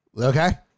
Okay